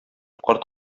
карт